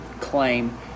claim